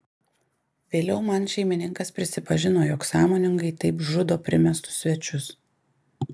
vėliau man šeimininkas prisipažino jog sąmoningai taip žudo primestus svečius